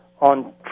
on